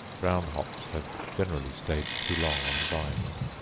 brown hops have generally stayed too long on the vines.